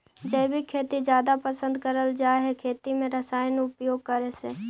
जैविक खेती जादा पसंद करल जा हे खेती में रसायन उपयोग करे से